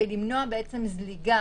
למנוע זליגה